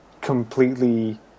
completely